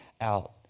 out